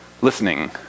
listening